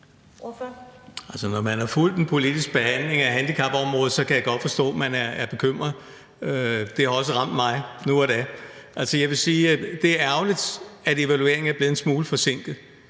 Når man har fulgt den politiske behandling af handicapområdet, kan jeg godt forstå, at man er bekymret. Det har også ramt mig nu og da. Jeg vil sige, at det er ærgerligt, at evalueringen er blevet en smule forsinket.